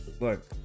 Look